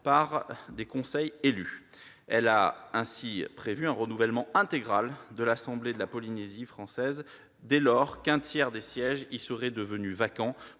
par des conseils élus. Elle a ainsi prévu un renouvellement intégral de l'assemblée de la Polynésie française dès lors qu'un tiers des sièges y seraient devenus vacants